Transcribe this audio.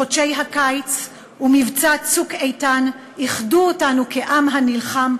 חודשי הקיץ ומבצע "צוק איתן" איחדו אותנו כעם הנלחם,